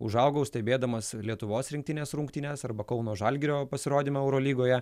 užaugau stebėdamas lietuvos rinktinės rungtynes arba kauno žalgirio pasirodymą eurolygoje